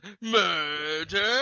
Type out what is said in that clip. murder